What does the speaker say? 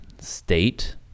state